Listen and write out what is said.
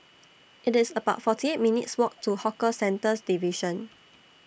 It's about forty eight minutes' Walk to Hawker Centres Division